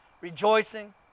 rejoicing